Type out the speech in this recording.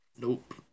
Nope